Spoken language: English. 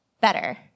better